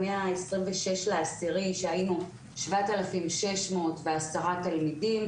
מה-26.10 שהיינו שבעת אלפים שש מאות ועשרה תלמידים,